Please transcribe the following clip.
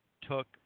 took